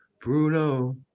Bruno